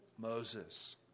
Moses